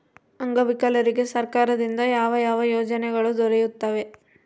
ಅಂಗವಿಕಲರಿಗೆ ಸರ್ಕಾರದಿಂದ ಯಾವ ಯಾವ ಯೋಜನೆಗಳು ದೊರೆಯುತ್ತವೆ?